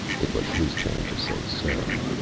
it was his turn to say sir.